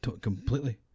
completely